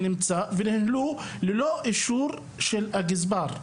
שנהנו ללא אישור של הגזבר.